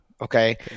okay